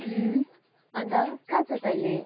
अन्त कहाँ छस् अहिले